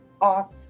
off